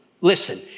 Listen